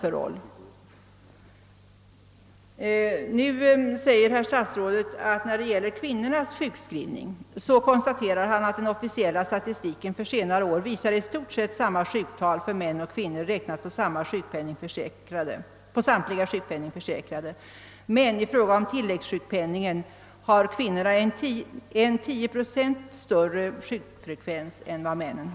Statsrådet konstaterar när det gäller kvinnornas sjukskrivning att den officiella statistiken för senare år i stort sett visar samma sjuktal för män och kvinnor räknat på samtliga sjukpenningförsäkrade. Men i fråga om tilläggssjukpenningen har kvinnorna en 10 procent högre sjukfrekvens än männen.